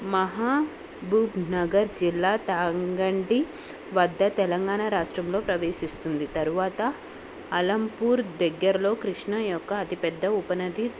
మహబూబ్నగర్ జిల్లా తాంగండి వద్ద తెలంగాణ రాష్ట్రంలో ప్రవేశిస్తుంది తరువాత అలంపూర్ దగ్గరలో కృష్ణ యొక్క అతిపెద్ద ఉపనది